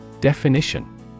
Definition